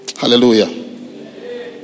Hallelujah